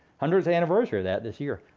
hundredth anniversary of that this year.